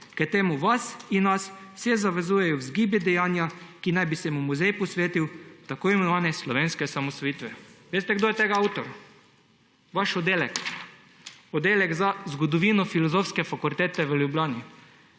K temu vas in nas vse zavezujejo vzgibi, dejanja, ki naj bi se jim muzej posvetil, tako imenovane slovenske osamosvojitve. Veste, kdo je avtor tega? Vaš oddelek. Oddelek za zgodovino Filozofske fakultete v Ljubljani,